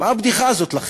מה הבדיחה הזאת לכם?